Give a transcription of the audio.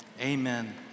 Amen